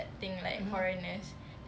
mmhmm